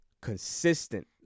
consistent